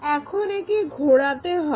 এখন একে ঘোরাতে হবে